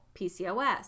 PCOS